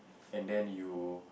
and then you